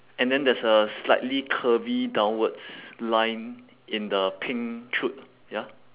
and then there's a slightly curvy downwards line in the pink chute ya